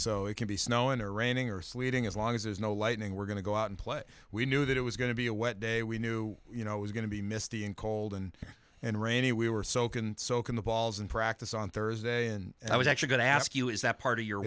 so it can be snowing or raining or sleeting as long as there's no lightning we're going to go out and play we knew that it was going to be a wet day we knew you know it was going to be misty and cold and and rainy we were so can soak in the balls and practice on thursday and i was actually going to ask you is that part of your